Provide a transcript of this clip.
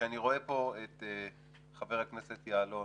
אני רואה פה את חבר הכנסת יעלון